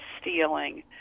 stealing